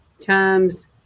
times